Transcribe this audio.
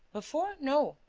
before? no.